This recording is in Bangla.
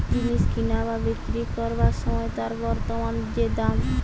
জিনিস কিনা বা বিক্রি কোরবার সময় তার বর্তমান যে দাম